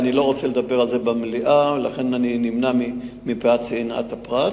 אני לא רוצה לדבר על זה במליאה ואני נמנע מפאת צנעת הפרט.